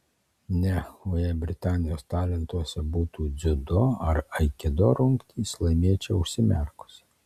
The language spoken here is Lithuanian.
ne o jei britanijos talentuose būtų dziudo ar aikido rungtys laimėčiau užsimerkusi